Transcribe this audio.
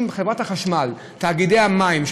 אם חברת החשמל או תאגידי המים,